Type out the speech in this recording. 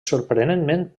sorprenentment